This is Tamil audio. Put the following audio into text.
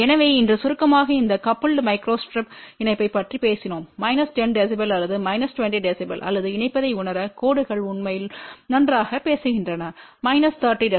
எனவே இன்று சுருக்கமாக இந்த கபுல்டு மைக்ரோஸ்ட்ரிப் இணைப்பைப் பற்றி பேசினோம் மைனஸ் 10 dB அல்லது மைனஸ் 20 dB அல்லது இணைப்பதை உணர கோடுகள் உண்மையில் நன்றாக பேசுகின்றன மைனஸ் 30 dB